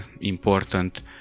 important